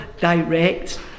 direct